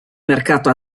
mercato